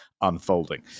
unfolding